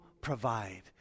provide